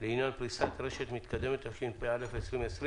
לעניין פריסת רשת מתקדמת), השתפ"א-2020,